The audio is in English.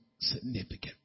significant